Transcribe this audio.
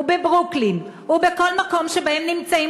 בברוקלין, בכל מקום שנמצאים